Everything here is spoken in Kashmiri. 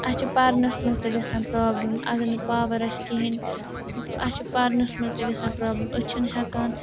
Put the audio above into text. اَسہِ چھِ پَرنَس مَنٛز تہِ گَژھان پرٛابلِم اَگر نہٕ پاوَر آسہِ کِہیٖنۍ اَسہِ چھِ پَرنَس منٛز تہِ گَژھان پرٛابلِم أسۍ چھِنہٕ ہٮ۪کان